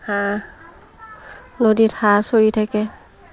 হাঁহ নদীত হাঁহ চৰি থাকে